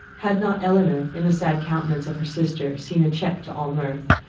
had not elinor, in the sad countenance of her sister, seen a check to all mirth,